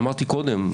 אמרתי קודם,